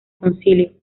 concilio